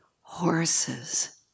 horses